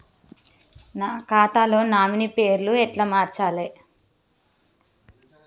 నా ఖాతా లో నామినీ పేరు ఎట్ల మార్చాలే?